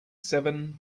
seven